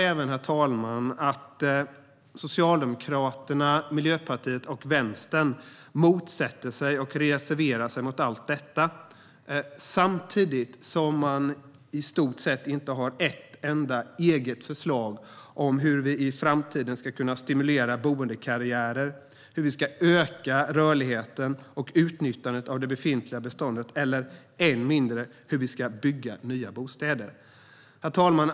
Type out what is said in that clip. Jag noterar att Socialdemokraterna, Miljöpartiet och Vänstern motsätter sig och reserverar sig mot allt detta. Samtidigt har de i stort sett inte ett enda eget förslag om hur vi i framtiden ska stimulera boendekarriärer, hur vi ska öka rörligheten och utnyttjandet av det befintliga beståndet eller, än mindre, hur vi ska bygga nya bostäder. Herr talman!